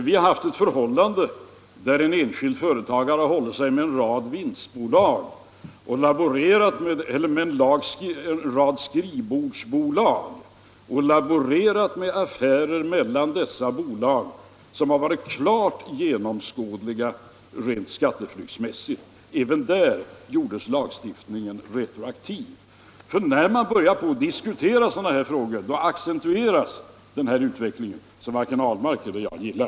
Vi har haft ett förhållande som gjort det möjligt att en enskild företagare har hållit sig med en rad skrivbordsbolag och laborerat med affärer mellan dessa bolag, affärer som har varit klart genomskådliga rent skatteflykts mässigt. Även i det avseendet gjordes lagstiftningen retroaktiv. När man börjar diskutera sådana här frågor accentueras denna utveckling, som varken herr Ahlmark eller jag gillar.